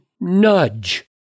nudge